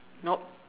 nope